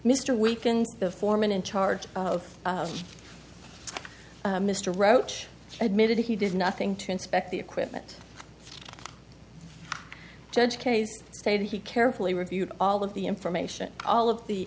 mr weakened the foreman in charge mr roach admitted he did nothing to inspect the equipment judge case stated he carefully reviewed all of the information all of the